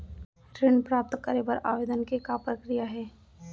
ऋण प्राप्त करे बर आवेदन के का प्रक्रिया हे?